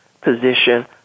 position